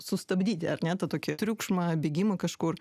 sustabdyti ar ne tą tokį triukšmą bėgimą kažkur